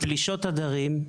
פלישות עדרים,